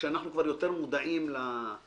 כשאנחנו כבר יותר מודעים לדברים,